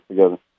together